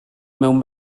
mewn